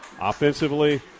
Offensively